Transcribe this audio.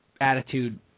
attitude